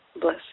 Bless